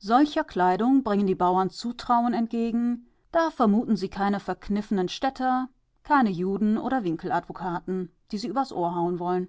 solcher kleidung bringen die bauern zutrauen entgegen da vermuten sie keine verkniffenen städter keine juden oder winkeladvokaten die sie übers ohr hauen wollen